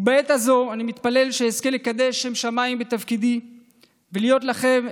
ובעת הזאת אני מתפלל שאזכה לקדש שם שמיים בתפקידי ולהיות לכם,